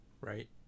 right